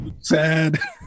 sad